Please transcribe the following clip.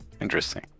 Interesting